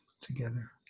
together